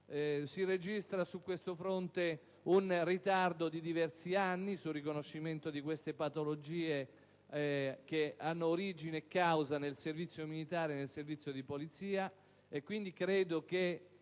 Si registra un ritardo di diversi anni sul riconoscimento di queste patologie che trovano origine e causa nel servizio militare e nel servizio di polizia.